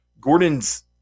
Gordon's –